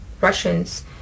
Russians